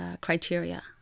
criteria